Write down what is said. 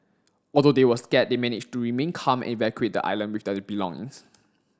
although they were scared they managed to remain calm and evacuate the island with their belongings